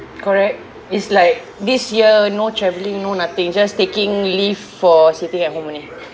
correct is like this year no traveling no nothing just taking leave for sitting at home only